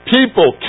People